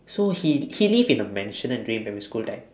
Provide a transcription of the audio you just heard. so he he live in a maisonette during primary school time